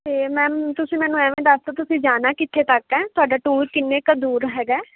ਅਤੇ ਮੈਮ ਤੁਸੀਂ ਮੈਨੂੰ ਐਵੇਂ ਦੱਸ ਦਿਉ ਤੁਸੀਂ ਜਾਣਾ ਕਿੱਥੇ ਤੱਕ ਹੈ ਤੁਹਾਡਾ ਟੂਰ ਕਿੰਨੇ ਕੁ ਦੂਰ ਹੈਗਾ